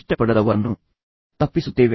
ಇಷ್ಟಪಡದವರನ್ನು ತಪ್ಪಿಸುತ್ತೇವೆ